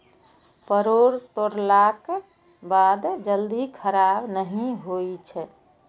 परोर तोड़लाक बाद जल्दी खराब नहि होइ छै